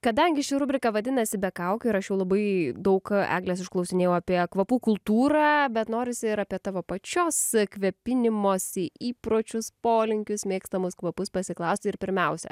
kadangi ši rubrika vadinasi be kaukių ir aš jau labai daug eglės išklausinėjau apie kvapų kultūrą bet norisi ir apie tavo pačios kvepinimosi įpročius polinkius mėgstamus kvapus pasiklaust ir pirmiausia